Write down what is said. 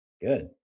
good